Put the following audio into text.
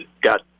got